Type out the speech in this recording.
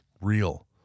real